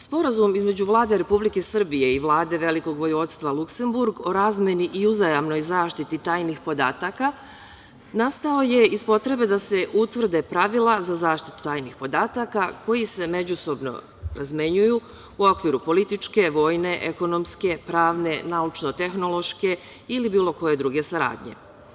Sporazum između Vlade Republike Srbije i Vlade Velikog Vojvodstva Luksemburg o razmeni i uzajamnoj zaštiti tajnih podataka nastao je iz potrebe da se utvrde pravila za zaštitu tajnih podataka koji se međusobno razmenjuju u okviru političke, vojne, ekonomske, pravne, naučno-tehnološke ili bilo koje druge saradnje.